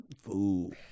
Fool